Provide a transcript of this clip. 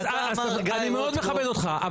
ואתה מר גיא רוטקופף --- אני מאוד מכבד אותך.